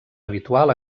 habitual